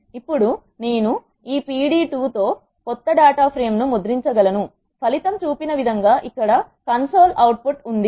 ఇప్పుడు నేను ఈ p d 2 తో కొత్త డాటా ఫ్రేమ్ ను ముద్రించ గలను ఫలితం చూపిన విధంగా ఇక్కడ console output ఉంది